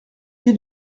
j’ai